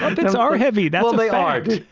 and bits are heavy. that's my art.